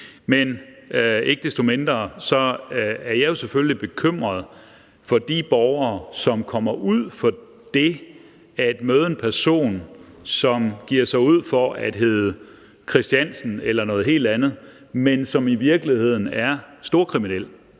Ikke desto mindre er jeg selvfølgelig bekymret for de borgere, som kommer ud for det at møde en person, som giver sig ud for at hedde Christiansen eller noget helt andet, men som i virkeligheden er storkriminel.